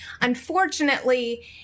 Unfortunately